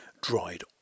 dried